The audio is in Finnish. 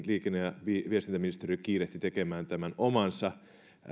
liikenne ja viestintäministeriö kiirehti tekemään omansa